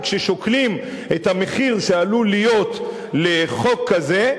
וכששוקלים את המחיר שעלול להיות לחוק כזה,